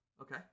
Okay